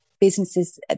businesses